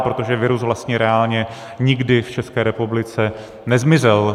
Protože virus vlastně reálně nikdy v České republice nezmizel.